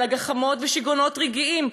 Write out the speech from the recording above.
אלא על גחמות ושיגעונות רגעיים,